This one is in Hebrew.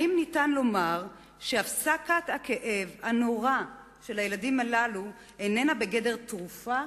האם ניתן לומר שהפסקת הכאב הנורא של הילדים הללו איננה בגדר תרופה,